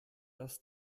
dass